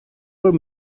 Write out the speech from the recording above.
were